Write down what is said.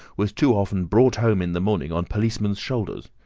was too often brought home in the morning on policemen's shoulders.